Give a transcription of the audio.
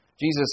Jesus